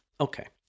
Okay